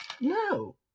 No